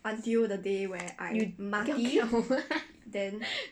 you kao kao